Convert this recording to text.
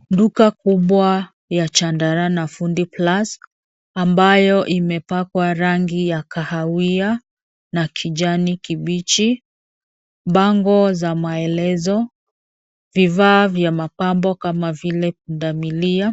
Kuna duka kubwa la Chandara na Foodie Plus, lililopakwa rangi ya kahawia na kijani kibichi, lenye mabango ya maelezo. Kuna pia picha (au kipachiko) ya mtu mashuhuri kama Philip W,